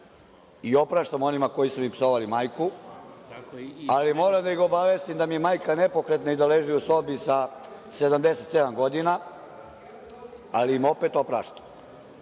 i opraštam onima koji su mi psovali majku, ali moram da ih obavestim da mi je majka nepokretna i da leži u sobi sa 77 godina, ali opet opraštam.